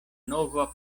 nova